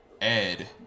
ed